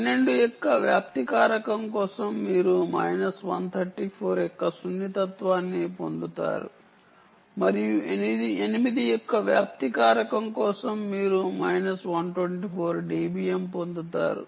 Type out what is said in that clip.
12 యొక్క వ్యాప్తి కారకం కోసం మీరు మైనస్ 134 యొక్క సున్నితత్వాన్ని పొందుతారు మరియు 8 యొక్క వ్యాప్తి కారకం కోసం మీరు మైనస్ 124 dBm పొందుతారు